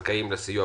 עוסק בנושא של סיוע